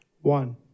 one